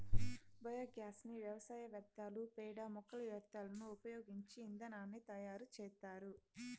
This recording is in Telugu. బయోగ్యాస్ ని వ్యవసాయ వ్యర్థాలు, పేడ, మొక్కల వ్యర్థాలను ఉపయోగించి ఇంధనాన్ని తయారు చేత్తారు